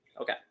Okay